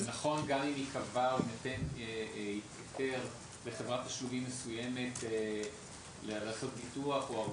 זה נכון גם אם יינתן לחברת תשלומים מסוימת לעשות ביטוח.